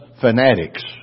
fanatics